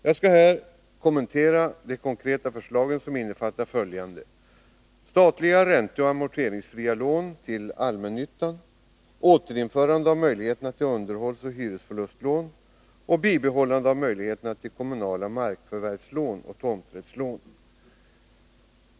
Jag skall här kommentera de konkreta förslagen som innefattar följande: statliga ränteoch amorteringsfria lån till allmännyttan, återinförande av möjligheterna till underhållsoch hyresförlustlån och bibehållande av möjligheterna till kommunala markförvärvslån och tomträttslån.